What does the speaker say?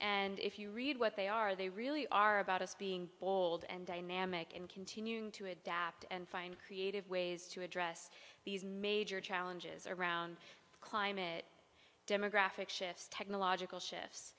and if you read what they are they really are about us being bold and dynamic in continuing to adapt and find creative ways to address these major challenges around climate demographic shifts technological shifts